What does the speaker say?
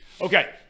Okay